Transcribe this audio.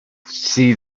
see